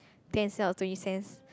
ten cents or twenty cents